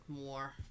more